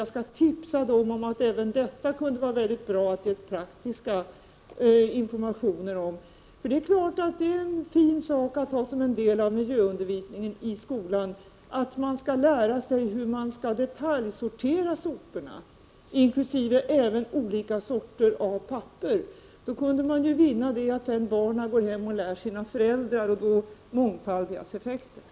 Jag skall tipsa dem om de praktiska informationer som här lämnats. Det är en fin sak att ha som en del av miljöundervisningen i skolan att lära 107 sig hur man skall detaljsortera soporna inkl. även olika sorter av papper. Då kunde man vinna att barnen sedan går hem och lär sina föräldrar, och då mångfaldigas effekten.